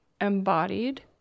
embodied